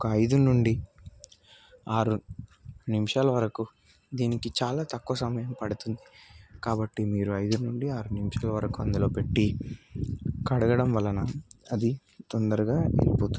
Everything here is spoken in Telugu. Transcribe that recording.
ఒక ఐదు నుండి ఆరు నిమిషాల వరకు దీనికి చాలా తక్కువ సమయం పడుతుంది కాబట్టి మీరు ఐదు నుండి ఆరు నిమిషాల వరకు అందులో పెట్టి కడగడం వలన అది తొందరగా అయిపోతుంది